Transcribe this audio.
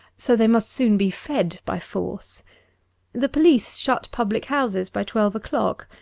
so they must soon be fed by force the police shut public-hoiises by twelve o'clock,